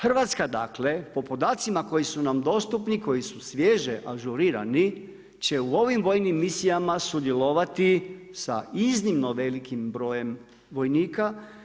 Hrvatska dakle po podacima koji su nam dostupni, koji su svježe ažurirani će u ovim vojnim misijama sudjelovati sa iznimno velikim brojem vojnika.